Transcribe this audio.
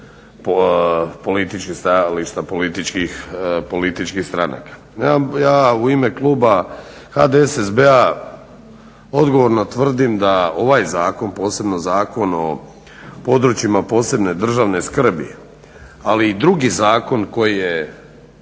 političkih stranaka. Ja u ime kluba HDSSB-a odgovorno tvrdim da ovaj zakon, posebno Zakon o područjima posebne državne skrbi, ali i drugi zakon koji je